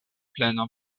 plena